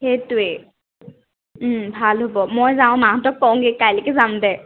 সেইটোৱে ভাল হ'ব মই যাওঁ মাহঁতক কওঁগৈ কাইলৈকে যাম দে